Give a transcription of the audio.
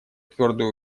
твердую